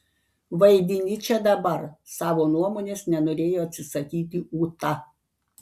vaidini čia dabar savo nuomonės nenorėjo atsisakyti ūta